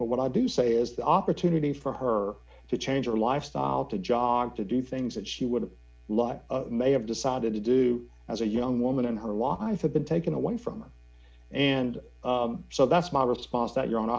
but what i do say is the opportunity for her to change our lifestyle to job to do things that she would like may have decided to do as a young woman and her life had been taken away from them and so that's my response that you're on